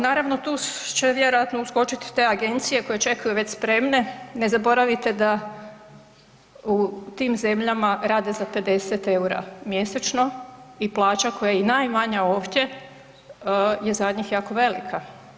Naravno tu će vjerojatno uskočiti te agencije koje čekaju već spremne, ne zaboravite da u tim zemljama rade za 50 EUR-a mjesečno i plaća koja je i najmanja ovdje je za njih jako velika.